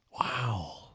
Wow